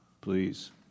please